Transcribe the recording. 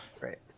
right